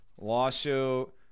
Lawsuit